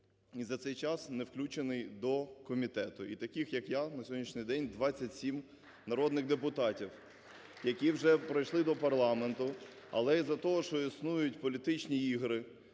і за цей час не включений до комітету. І таких як я на сьогоднішній день 27 народних депутатів, які вже пройшли до парламенту, але із-за того, що існують політичні ігри,